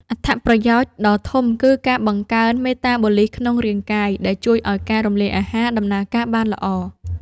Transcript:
អត្ថប្រយោជន៍ដ៏ធំគឺការបង្កើនមេតាបូលីសក្នុងរាងកាយ ដែលជួយឱ្យការរំលាយអាហារដំណើរការបានល្អ។